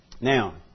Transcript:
Now